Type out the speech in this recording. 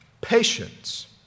patience